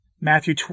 Matthew